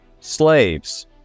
slaves